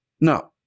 No